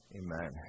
amen